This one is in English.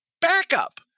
backup